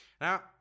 Now